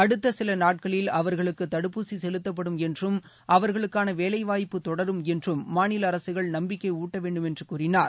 அடுத்த சில நாட்களில் அவர்களுக்கு தடுப்பூசி செலுத்தப்படும் என்றும் அவர்களுக்கான வேலைவாய்ப்பு தொடரும் என்றும் மாநில அரசுகள் நப்பிக்கை ஊட்ட வேண்டும் என்று கூறினார்